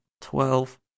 Twelve